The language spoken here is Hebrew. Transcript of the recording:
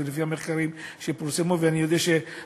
זה לפי המחקרים שפורסמו, ואני יודע שהמשרד